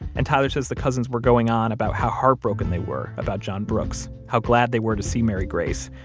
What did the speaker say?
and tyler says the cousins were going on about how heartbroken they were about john brooks, how glad they were to see mary grace.